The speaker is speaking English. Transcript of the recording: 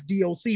DOC